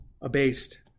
abased